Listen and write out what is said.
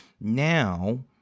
Now